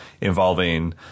involving